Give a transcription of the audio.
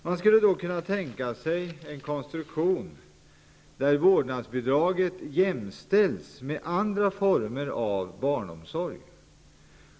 Man skulle då kunna tänka sig en konstruktion där vårdnadsbidraget jämställs med andra former av barnomsorg.